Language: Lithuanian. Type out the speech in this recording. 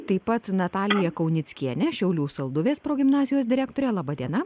taip pat natalija kaunickiene šiaulių salduvės progimnazijos direktorė laba diena